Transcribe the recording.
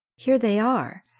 here they are.